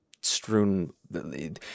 strewn